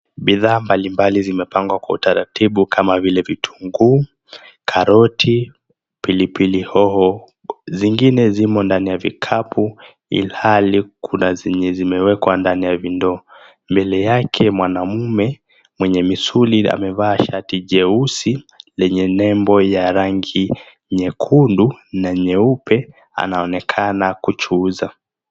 Bidhaa mbalimbali zimepangwa kwa utaratibu kama vile vitunguu, karoti, pilipili; zingine zimo ndani ya vikapu ilhali kuna zenye zimewekwa ndani ya vidoo. Mbele yake mwanamme mwenye misuli amevaa shati jeusi yenye nembo ya rangi nyekundu na nyeupe anaonekana kuchuuza.